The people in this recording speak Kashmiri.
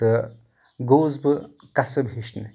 تہٕ گوٚوُس بہٕ قصٕب ہیٚچھنہِ